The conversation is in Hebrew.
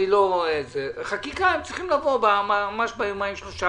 חקיקה הם צריכים לבוא ממש ביומיים-שלושה